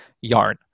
Yarn